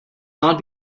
not